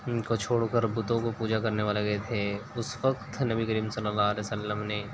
کو چھوڑ کر بتوں کو پوجا کرنے میں لگے تھے اس وقت نبی کریم صلی اللہ علیہ وسلم نے